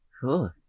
Cool